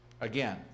again